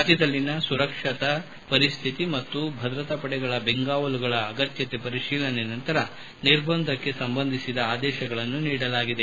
ರಾಜ್ಞದಲ್ಲಿನ ಸುರಕ್ಷತಾ ಪರಿಸ್ಹಿತಿ ಮತ್ತು ಭದ್ರತಾ ಪಡೆಗಳ ಬೆಂಗಾವಲುಗಳ ಅಗತ್ಯತೆ ಪರಿಶೀಲನೆ ನಂತರ ನಿರ್ಬಂಧಕ್ಷೆ ಸಂಬಂಧಿಸಿದ ಆದೇಶಗಳನ್ನು ನೀಡಲಾಗಿದೆ